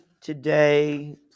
today